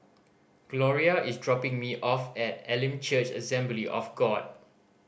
Gloria is dropping me off at Elim Church Assembly of God